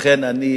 לכן אני,